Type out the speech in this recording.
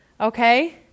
Okay